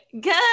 good